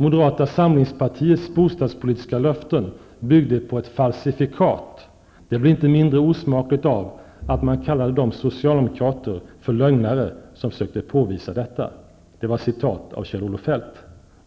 Moderata samlingspartiets bostadspolitiska löften byggde på ett falsifikat. Det blir inte mindre osmakligt av att man kallar de socialdemokrater för lögnare som försökte påvisa detta.'' Det skrev alltså Kjell-Olof Feldt.